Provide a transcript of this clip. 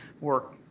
work